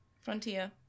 Frontier